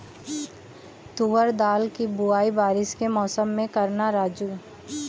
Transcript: तुवर दाल की बुआई बारिश के मौसम में करना राजू